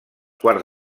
quarts